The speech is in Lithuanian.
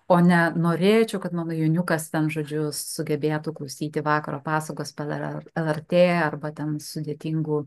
o ne norėčiau kad mano jonukas ten žodžiu sugebėtų klausyti vakaro pasakos per lrt arba ten sudėtingų